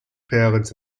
parents